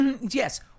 yes